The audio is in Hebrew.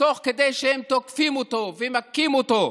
תוך כדי שהם תוקפים אותו ומכים אותו,